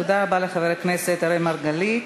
תודה רבה לחבר הכנסת אראל מרגלית.